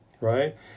right